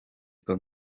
con